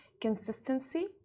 consistency